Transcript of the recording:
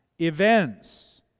events